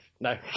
No